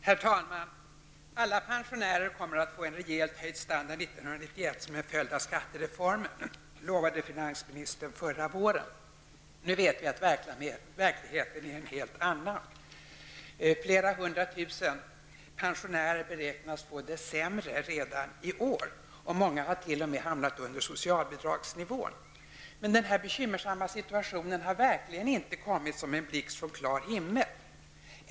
Herr talman! Alla pensionärer kommer att få realt höjd standard 1991 som en följd av skattereformen, lovade finansministern förra våren. Verkligheten blev en helt annan. Flera hundra tusen pensionärer beräknas få det sämre redan i år. Många har t.o.m. hamnat under socialbidragsnivån. Men denna bekymmersamma situation har inte kommit som en blixt från klar himmel.